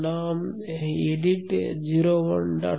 நம் எடிட் 01